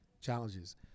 challenges